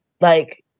Like-